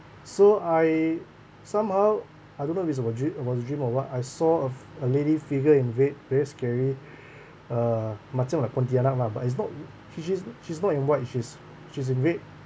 so I somehow I don't know if it was a dream was a dream or what I saw a f~ a lady figure in red very scary uh macam a pontianak lah but it's not she she's she's not in white she's she's in red